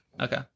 Okay